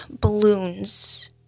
balloons